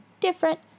different